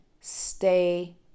Stay